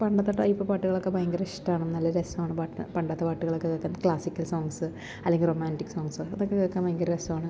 പണ്ടത്തെ ടൈപ്പ് പാട്ടുകളൊക്കെ ഭയങ്കര ഇഷ്ടമാണ് നല്ല രസമാണ് പാട്ട് പണ്ടത്തെ പാട്ടുകളൊക്കെ ക്ലാസ്സിക്കൽ സോങ്ങ്സ്സ് അല്ലെങ്കിൽ റൊമാന്റിക് സോങ്ങ്സ്സ് അതൊക്കെ കേൾക്കാൻ ഭയങ്കര രസമാണ്